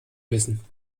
wissen